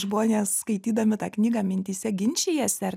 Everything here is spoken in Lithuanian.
žmonės skaitydami tą knygą mintyse ginčijasi ar